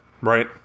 right